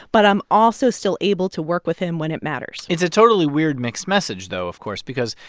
but i'm also still able to work with him when it matters it's a totally weird mixed message, though, of course, because,